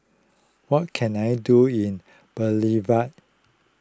what can I do in Bolivia